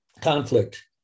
conflict